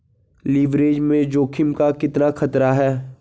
Leverage में जोखिम का कितना खतरा है?